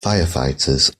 firefighters